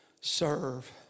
Serve